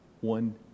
one